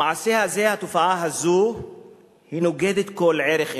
המעשה הזה, התופעה הזו נוגדת כל ערך אנושי,